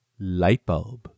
Lightbulb